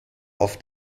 auf